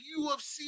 UFC